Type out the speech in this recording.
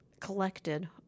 collected